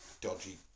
dodgy